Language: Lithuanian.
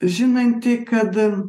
žinantį kad